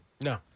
No